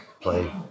play